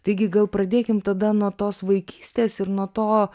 taigi gal pradėkim tada nuo tos vaikystės ir nuo to